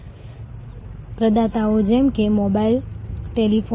તેથી તમે આ સંદર્ભોને સેવા સંસ્થા તેમજ સેવા ગ્રાહક માટે ફાયદાકારક બનાવી શકો છો